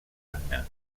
anna